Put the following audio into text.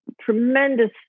tremendous